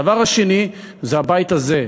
הדבר השני, זה הבית הזה.